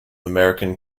american